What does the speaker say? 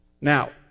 Now